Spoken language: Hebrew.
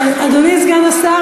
אדוני סגן השר,